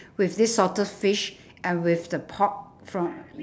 with this salted fish and with the pork from